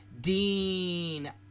Dean